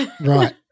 Right